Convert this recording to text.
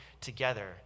together